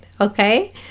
okay